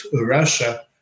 Russia